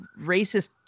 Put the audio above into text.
racist